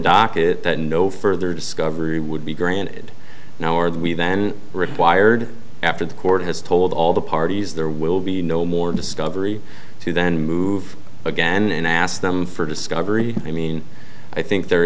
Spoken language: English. docket that no further discovery would be granted now are we then required after the court has told all the parties there will be no more discovery to then move again and ask them for discovery i mean i think there